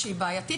שהיא בעייתית,